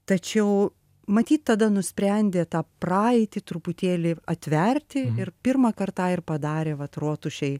tačiau matyt tada nusprendė tą praeitį truputėlį atverti ir pirmąkart tą ir padarė vat rotušėj